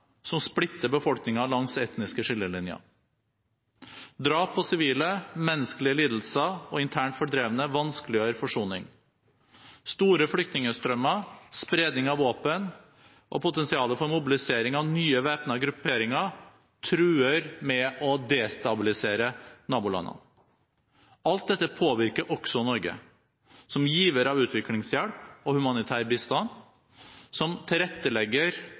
som splitter befolkningen langs etniske skillelinjer. Drap på sivile, menneskelig lidelse og internt fordrevne vanskeliggjør forsoning. Store flyktningstrømmer, spredning av våpen og potensialet for mobilisering av nye væpnede grupperinger truer med å destabilisere nabolandene. Alt dette påvirker også Norge – som giver av utviklingshjelp og humanitær bistand, som tilrettelegger